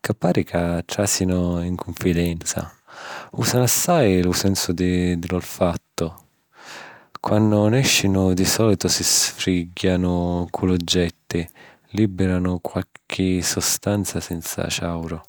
chi pari ca tràsinu in cunfidenza. Usanu assai lu sensu di l'olfattu... quannu nèscinu di sòlitu si sfrugghianu cu l'oggetti, libirannu qualchi sustanza senza ciàuru.